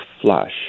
flush